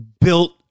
built